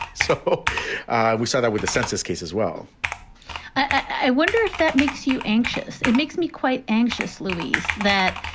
so we saw that with the census case as well i wonder if that makes you anxious. it makes me quite anxious, louise, that,